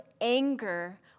anger